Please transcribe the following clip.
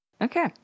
Okay